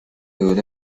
debut